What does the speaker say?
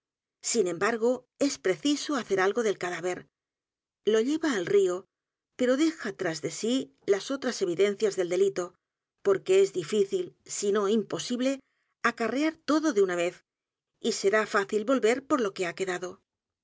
sin embargo es preciso hacer algo del cadáver lo lleva al río pero dejas t r a s de sí las otras evidencias del delito porque es difícil si no imposible acarrear todo de una vez y será fácil volver por lo que ha quedado